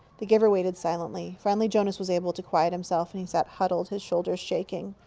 the giver waited silently. finally jonas was able to quiet himself and he sat huddled, his shoulders shaking.